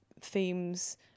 themes